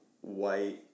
white